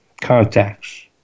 contacts